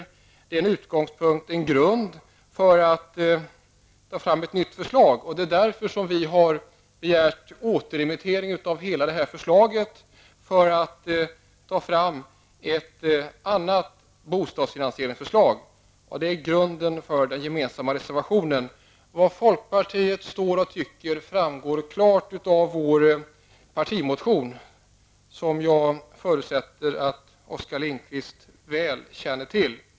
Denna reservation utgör en utgångspunkt och grund för att ta fram ett nytt förslag. Det är därför vi har begärt återremittering av hela förslaget. Vad folkpartiet står för och vad vi tycker framgår klart av vår partimotion, som jag förutsätter att Oskar Lindkvist väl känner till.